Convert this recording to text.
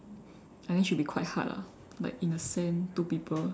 I think should be quite hard lah like in a sand two people